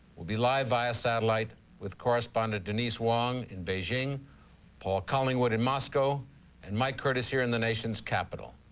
we'll be live via satellite with correspondent denise wong in beijing paul collingwood in moscow and mike curtis, here in the nation's capitol.